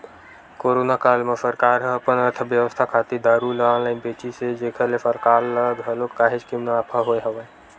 corona काल म सरकार ह अपन अर्थबेवस्था खातिर दारू ल ऑनलाइन बेचिस हे जेखर ले सरकार ल घलो काहेच के मुनाफा होय हवय